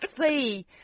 see